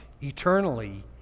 Eternally